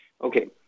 Okay